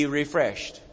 refreshed